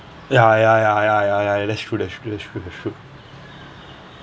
ya ya ya ya ya ya ya that's true that's true that's true that's true